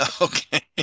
Okay